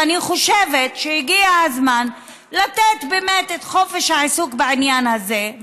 ואני חושבת שהגיע הזמן לתת באמת את חופש העיסוק בעניין הזה,